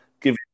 give